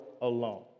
alone